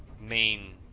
main